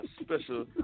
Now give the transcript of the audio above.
special